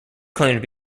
claimed